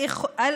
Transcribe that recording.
על